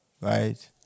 right